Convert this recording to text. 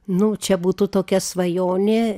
nu čia būtų tokia svajonė